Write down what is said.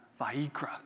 Vaikra